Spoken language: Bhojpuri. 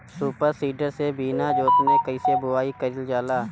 सूपर सीडर से बीना जोतले कईसे बुआई कयिल जाला?